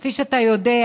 כפי שאתה יודע,